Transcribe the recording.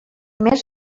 més